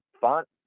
Font